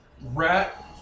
Rat